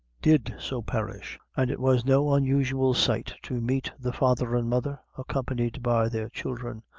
did so perish and it was no unusual sight to meet the father and mother, accompanied by their children,